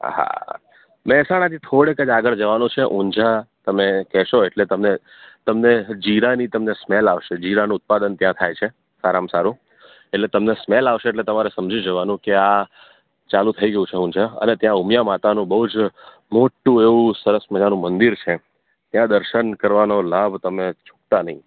હા મહેસાણાથી થોડેક જ આગળ જવાનું છે ઊંઝા તમે કહેશો એટલે તમે તમને જીરાની તમને સ્મેલ આવશે જીરાનું ઉત્પાદન ત્યાં થાય છે સારામાં સારું એટલે તમને સ્મેલ આવશે એટલે તમારે સમજી જવાનું કે આ ચાલું થઈ ગયું છે ઊંઝા અને ત્યાં ઉમિયા માતાનું બહુ જ મોટું એવું સરસ મજાનું મંદિર છે ત્યાં દર્શન કરવાનો લાભ તમે ચૂકતા નહીં